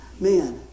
Man